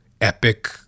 Epic